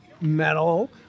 metal